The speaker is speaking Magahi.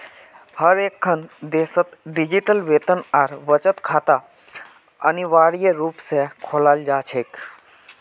हर एकखन देशत डिजिटल वेतन और बचत खाता अनिवार्य रूप से खोलाल जा छेक